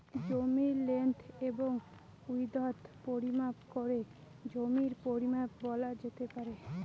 জমির লেন্থ এবং উইড্থ পরিমাপ করে জমির পরিমান বলা যেতে পারে